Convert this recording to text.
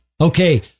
Okay